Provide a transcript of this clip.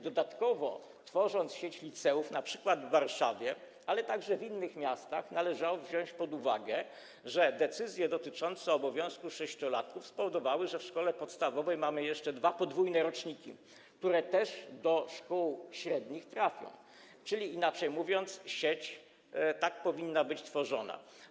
Dodatkowo, tworząc sieć liceów, np. w Warszawie, ale także w innych miastach, należało wziąć pod uwagę, że decyzje dotyczące obowiązku sześciolatków spowodowały, że w szkole podstawowej mamy jeszcze dwa podwójne roczniki, które też trafią do szkół średnich, czyli, inaczej mówiąc, sieć powinna być tworzona.